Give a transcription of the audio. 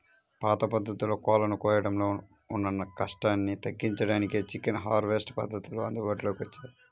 పాత పద్ధతుల్లో కోళ్ళను కోయడంలో ఉన్న కష్టాన్ని తగ్గించడానికే చికెన్ హార్వెస్ట్ పద్ధతులు అందుబాటులోకి వచ్చాయి